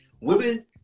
Women